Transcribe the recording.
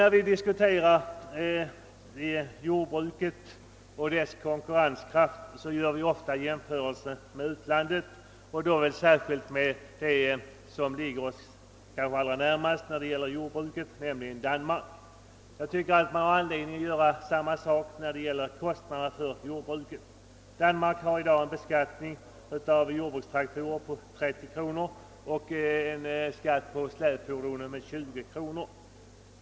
När vi diskuterar jordbrukets konkurrenskraft gör vi ofta jämförelser med utlandet, särskilt då med det land som ligger oss närmast när det gäller jordbruk, nämligen Danmark. Jag tycker det finns anledning göra jämförelser också då det gäller jordbrukets kostnader. I Danmark har man i dag en beskattning på 30 kronor för jordbrukstraktorer och 20 kronor på släpfordon.